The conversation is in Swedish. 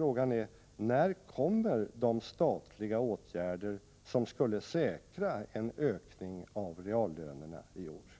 åtgärder: När kommer de statliga åtgärder som skulle säkra en ökning av reallönerna i år?